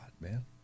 man